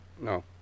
No